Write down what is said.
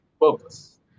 purpose